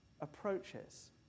approaches